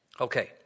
Okay